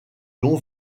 don